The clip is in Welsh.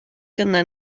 gyda